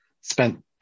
spent